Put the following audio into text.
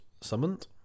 Summoned